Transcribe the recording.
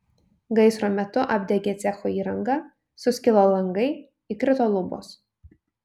gaisro metu apdegė cecho įranga suskilo langai įkrito lubos